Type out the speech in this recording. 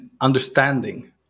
understanding